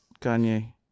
Kanye